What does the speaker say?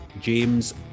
James